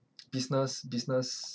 business business